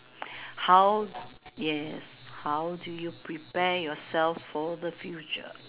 how yes how do you prepare yourself for the future